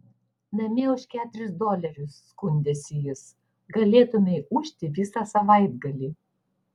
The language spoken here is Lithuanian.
namie už keturis dolerius skundėsi jis galėtumei ūžti visą savaitgalį